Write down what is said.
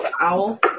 Owl